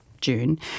June